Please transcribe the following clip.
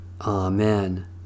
Amen